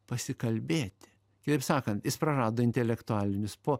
pasikalbėti kitaip sakant jis prarado intelektualinius po